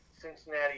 Cincinnati